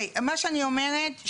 מה שאני אומרת,